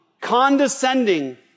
condescending